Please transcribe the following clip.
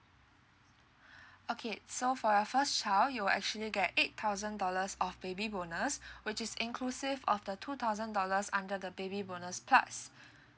okay so for your first child you will actually get eight thousand dollars of baby bonus which is inclusive of the two thousand dollars under the baby bonus plus